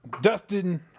Dustin